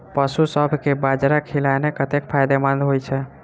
पशुसभ केँ बाजरा खिलानै कतेक फायदेमंद होइ छै?